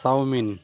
chowmein